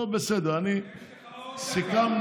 טוב, בסדר, סיכמנו,